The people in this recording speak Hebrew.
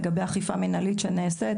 לגבי אכיפה מנהלית שנעשית,